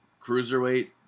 cruiserweight